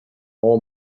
all